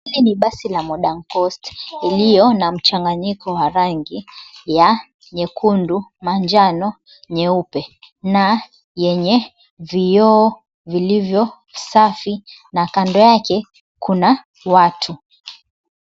Hili ni basi la Modern coast. Iliyo na mchanganyiko wa rangi ya nyekundu, manjano, nyeupe. Na yenye vioo vilivyo safi. Na kando yake kuna watu.